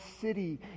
city